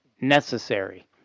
necessary